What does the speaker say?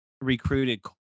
recruited